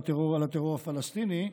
על הטרור הפלסטיני,